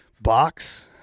box